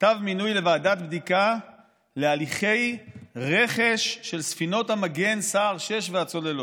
כתב מינוי לוועדת בדיקה להליכי רכש של ספינות המגן סער 6 והצוללות.